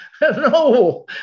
No